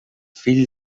fill